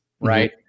Right